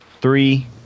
Three